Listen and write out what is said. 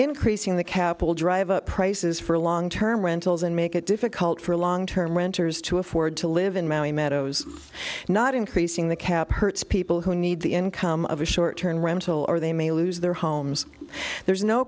increasing the cap will drive up prices for long term rentals and make it difficult for long term renters to afford to live in miami meadows not increasing the cap hurts people who need the income of a short term rental or they may lose their homes there's no